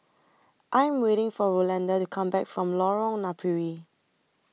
I Am waiting For Rolanda to Come Back from Lorong Napiri